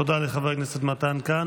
תודה לחבר הכנסת מתן כהנא.